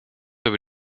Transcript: über